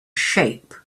shape